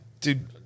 dude